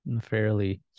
fairly